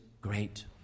great